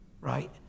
right